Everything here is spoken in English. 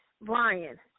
Brian